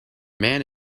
man